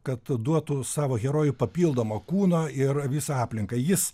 kad duotų savo herojui papildomo kūno ir visą aplinką jis